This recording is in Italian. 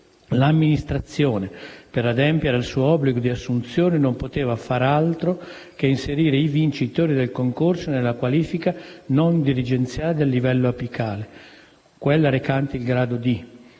l'Amministrazione per adempiere al suo obbligo di assunzione non poteva far altro che inserire il vincitore del concorso nella qualifica non dirigenziale di livello apicale (quella recante il grado D),